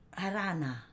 Harana